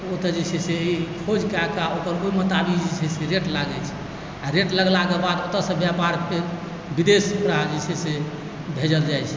ओतए जे छै से ई खोज कएके ओकर ओहि मुताबिक ओकर जे छै से रेट लागै छै आ रेट लागलाके बाद ओतएसँ व्यापार फेर विदेश ओकरा जे छै से भेजल जाइ छै